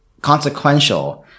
consequential